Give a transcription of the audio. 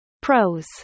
Pros